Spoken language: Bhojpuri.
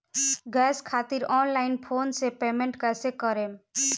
गॅस खातिर ऑनलाइन फोन से पेमेंट कैसे करेम?